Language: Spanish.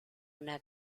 una